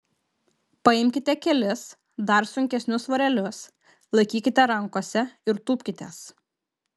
paimkite kelis dar sunkesnius svarelius laikykite rankose ir tūpkitės